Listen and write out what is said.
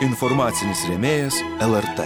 informacinis rėmėjas lrt